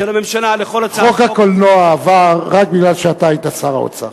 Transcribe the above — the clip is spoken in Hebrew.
חוק הקולנוע עבר רק כי אתה היית שר האוצר.